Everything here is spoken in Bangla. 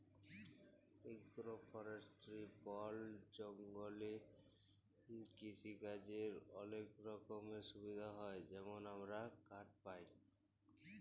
এগ্র ফরেস্টিরি বল জঙ্গলে কিসিকাজের অলেক রকমের সুবিধা হ্যয় যেমল আমরা কাঠ পায়